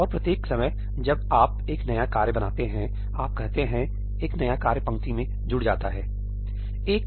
और प्रत्येक समय जब आप एक नया कार्य बनाते हैंसही है आप कहते हैं एक नया कार्य पंक्ति में जुड़ जाता है सही